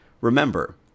Remember